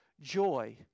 joy